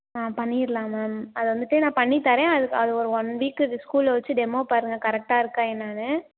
ஆ பண்ணிடலாம் மேம் அது வந்துவிட்டு நான் பண்ணித் தர்றேன் அது அது ஒரு ஒன் வீக்குக்கு ஸ்கூலில் வெச்சி டெமோ பாருங்கள் கரெக்டாக இருக்கா என்னென்னு